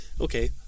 okay